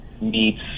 meets